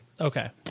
Okay